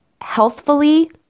healthfully